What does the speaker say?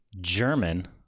german